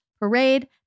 parade